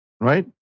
Right